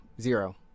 zero